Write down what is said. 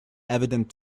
evident